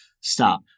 stop